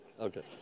okay